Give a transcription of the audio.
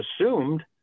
assumed